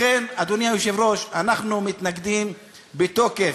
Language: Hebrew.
לכן, אדוני היושב-ראש, אנחנו מתנגדים בתוקף.